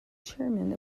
chairman